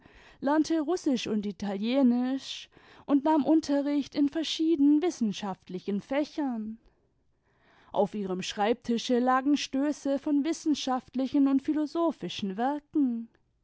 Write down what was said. lernte russisch und italienisch und nahm unterricht in verschiedenen wissenschaftlichen fächern auf ihrem schreibtische lagen stöße von wissenschaftlichen und philosophischen werken